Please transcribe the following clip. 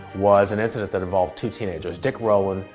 was an incident that involved two teenagers dick rowland,